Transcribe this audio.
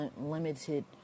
limited